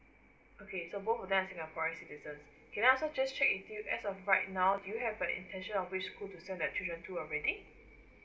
okay so both of them are singaporean citizens can I also just check with you as of right now do you have the intention of which school to send the children to already